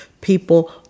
people